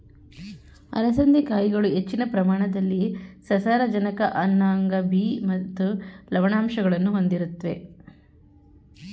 ಅಲಸಂದೆ ಕಾಯಿಗಳು ಹೆಚ್ಚಿನ ಪ್ರಮಾಣದಲ್ಲಿ ಸಸಾರಜನಕ ಅನ್ನಾಂಗ ಬಿ ಮತ್ತು ಲವಣಾಂಶಗಳನ್ನು ಹೊಂದಿರುತ್ವೆ